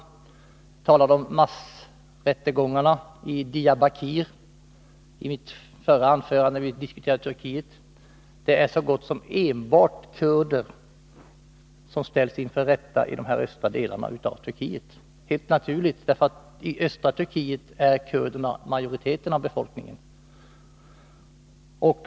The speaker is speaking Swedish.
Jag talade om Onsdagen den massrättegångarna i Diyarbakir i ett tidigare anförande, när vi diskuterade 24 november 1982 Turkiet. Det är så gott som enbart kurder som ställs inför rätta i de östra delarna i Turkiet — helt naturligt, därför att i östra Turkiet utgör kurderna majoriteten av befolkningen.